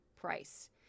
price